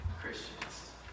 Christians